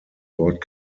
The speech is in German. sofort